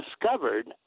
discovered